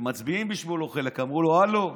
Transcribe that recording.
שחלקם מצביעים לו, אמרו לו: